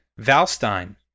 Valstein